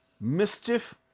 mischief